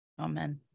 Amen